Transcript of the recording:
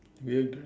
we agree